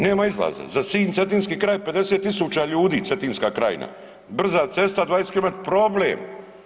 Nema izlaza za Sinj i cetinski kraj 50.000 ljudi Cetinska krajina brza cesta 20 km problem.